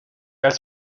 als